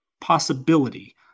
possibility